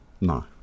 No